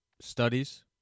studies